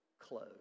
clothes